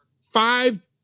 five